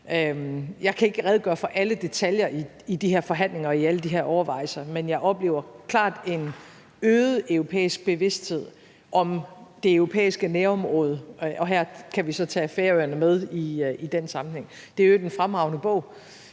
Jeg kan ikke redegøre for alle detaljer i de her forhandlinger og i alle de her overvejelser, men jeg oplever klart en øget europæisk bevidsthed om det europæiske nærområde, og her kan vi så tage Færøerne med i den sammenhæng. Det er i øvrigt en fremragende bog,